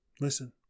listen